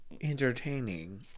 entertaining